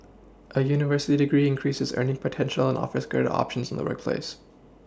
a university degree increases earning potential offers greater options in the workplace